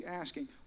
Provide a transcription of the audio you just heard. asking